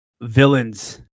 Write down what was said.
villains